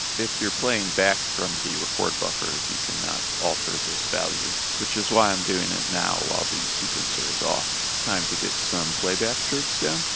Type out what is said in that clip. if you're playing back from the record buffer you cannot alter this value, which is why i'm doing it now while these sequencer is off. time to get some playback trigs down.